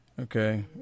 Okay